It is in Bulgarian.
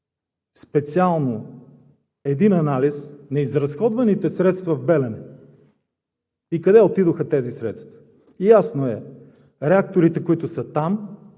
специално един анализ, на изразходваните средства в „Белене“ и къде отидоха тези средства? Ясно е – реакторите, които са там,